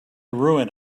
ruin